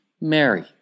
Mary